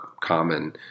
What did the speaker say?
common